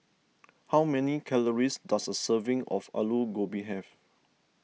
how many calories does a serving of Aloo Gobi have